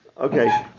Okay